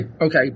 okay